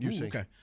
Okay